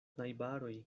najbaroj